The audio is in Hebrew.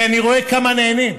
כי אני רואה כמה נהנים.